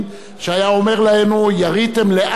שהיה אומר לנו: יריתם לאט,